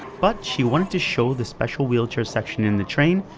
but, she wanted to show the special wheelchair section in the train,